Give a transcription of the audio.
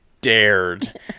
dared